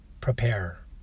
prepare